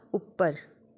ਉੱਪਰ